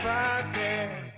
Podcast